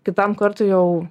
kitam kartui jau